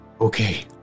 Okay